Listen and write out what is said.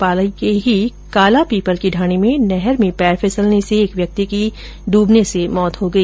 पाली के ही काला पीपल की ढाणी में नहर में पैर फिसलने से एक व्यक्ति की डूबने से मौत हो गई